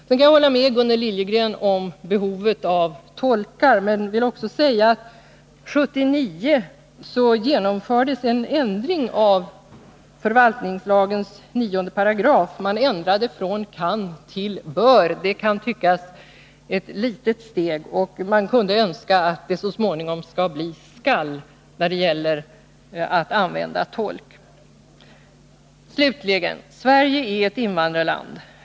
Jag kan hålla med Gunnel Liljegren om behovet av tolkar. Men jag vill också säga att det 1979 gjordes en ändring i förvaltningslagen 9 §, där man ändrade ”kan” till ”bör”. Det kan tyckas vara ett litet steg, och man kunde önska att det så småningom blir ”skall” när det gäller att använda tolk. Slutligen: Sverige är ett invandrarland.